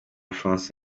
françois